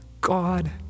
God